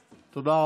תודה.